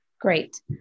great